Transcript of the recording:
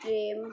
প্রেম